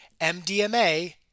MDMA